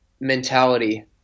mentality